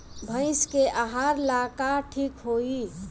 भइस के आहार ला का ठिक होई?